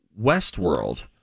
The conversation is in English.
Westworld